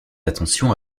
attention